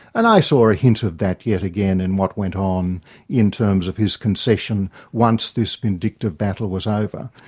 and i saw a hint of that yet again in what went on in terms of his concession once this vindictive battle was over.